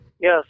Yes